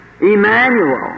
Emmanuel